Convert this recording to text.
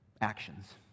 actions